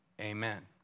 Amen